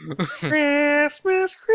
Christmas